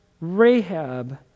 Rahab